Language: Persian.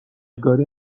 گاری